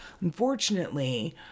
Unfortunately